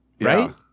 Right